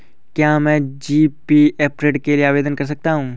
क्या मैं जी.पी.एफ ऋण के लिए आवेदन कर सकता हूँ?